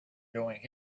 doing